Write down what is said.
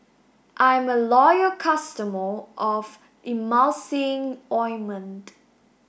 I'm a loyal customer of Emulsying ointment